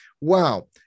wow